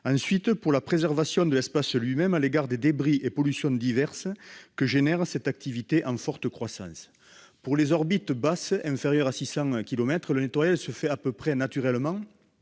ensuite, pour la préservation de l'espace lui-même contre les débris et les pollutions diverses qu'engendre cette activité en forte croissance. Pour les orbites basses, inférieures à 600 kilomètres, le nettoyage se fait à peu près naturellement,